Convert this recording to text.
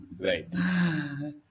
Right